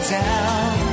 down